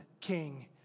King